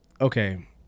Okay